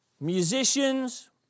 Musicians